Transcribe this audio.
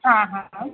हा हा